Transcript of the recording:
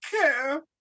care